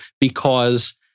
because-